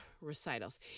recitals